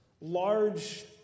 large